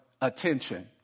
attention